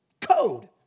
Code